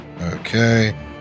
Okay